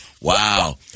Wow